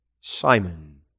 Simon